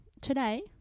today